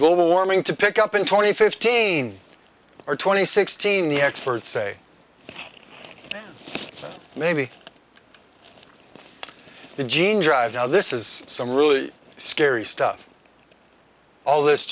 global warming to pick up in twenty fifteen or twenty sixteen the experts say maybe the gene drive how this is some really scary stuff all this